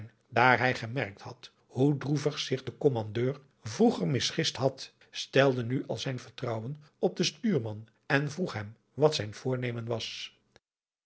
daar hij gemerkt had hoe droevig zich de kommandeur vroeger misgist had stelde nu al zijn vertrouwen op den stuurman en vroeg hem wat zijn voornemen was